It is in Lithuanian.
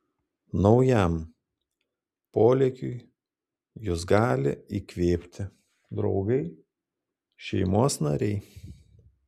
naujam polėkiui jus gali įkvėpti draugai šeimos nariai